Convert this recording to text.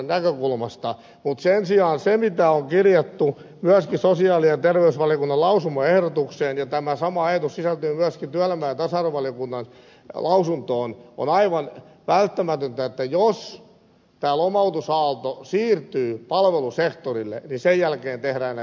mutta sen sijaan mikä on kirjattu myöskin sosiaali ja terveysvaliokunnan lausumaehdotukseen ja tämä sama ajatus sisältyy myöskin työelämä ja tasa arvovaliokunnan lausuntoon on aivan välttämätöntä että jos tämä lomautusaalto siirtyy palvelusektorille sen jälkeen tehdään näitä toimenpiteitä